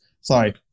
sorry